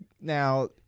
Now